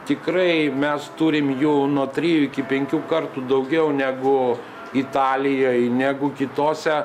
tikrai mes turim jų nuo trijų iki penkių kartų daugiau negu italijoj negu kitose